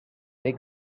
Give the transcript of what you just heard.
they